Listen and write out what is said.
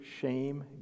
shame